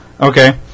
Okay